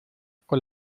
con